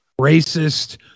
racist